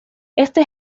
este